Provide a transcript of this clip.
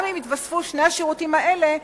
גם אם יתווספו שני השירותים האלה,